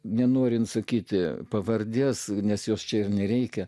nenorint sakyti pavardės nes jos čia ir nereikia